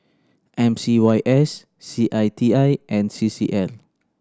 M C Y S C I T I and C C L